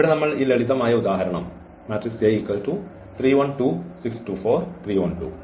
ഇവിടെ നമ്മൾ ഈ ലളിതമായ ഉദാഹരണം എടുക്കും